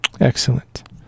Excellent